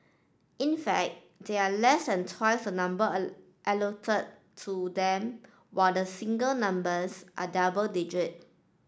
in fact they are less than twice a number a allotted to them while the single numbers are double digit